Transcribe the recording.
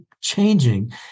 changing